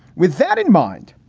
with that in mind,